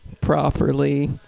properly